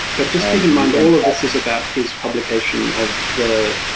but just keep in mind, all of this is about his publication of the